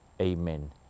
Amen